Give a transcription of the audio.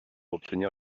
obtenir